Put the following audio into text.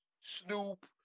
Snoop